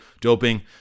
doping